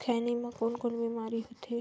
खैनी म कौन कौन बीमारी होथे?